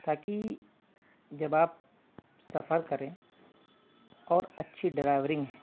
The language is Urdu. تاکہ جب آپ سفر کریں اور اچھی ڈرائیورنگ